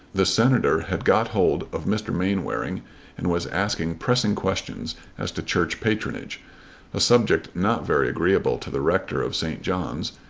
the senator had got hold of mr. mainwaring and was asking pressing questions as to church patronage a subject not very agreeable to the rector of st. john's,